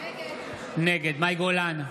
נגד מאי גולן,